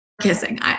kissing